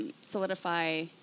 solidify